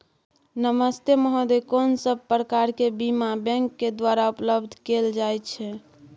नमस्ते महोदय, कोन सब प्रकार के बीमा बैंक के द्वारा उपलब्ध कैल जाए छै?